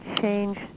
change